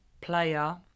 player